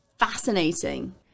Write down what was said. fascinating